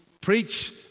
preach